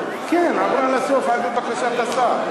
כן, עברה לסוף, על-פי בקשת השר.